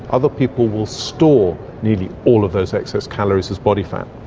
other people will store nearly all of those excess calories as body fat.